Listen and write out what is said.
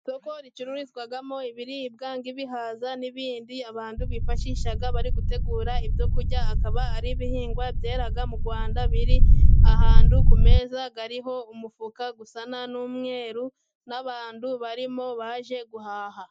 Isoko ricururizwamo ibiribwa nk'ibihaza n'ibindi abantu bifashisha bari gutegura ibyo kurya. Akaba ari ibihingwa byera mu Rwanda biri ahantu ku meza. Hariho umufuka usa n'umweru n'abantu barimo baje guhaha.